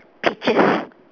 peaches